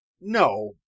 No